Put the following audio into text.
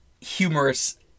humorous